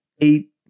eight